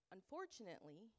Unfortunately